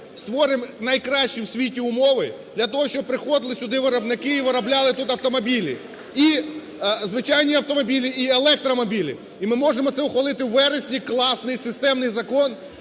створимо найкращі у світі умови для того, щоб приходили сюди виробники і виробляли тут автомобілі, і звичайні автомобілі, і електромобілі. І ми можемо це ухвалити у вересні, класний, системний закон,